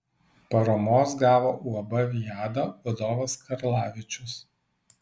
paramos gavo uab viada vadovas karlavičius